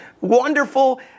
wonderful